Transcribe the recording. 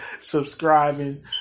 subscribing